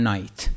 Night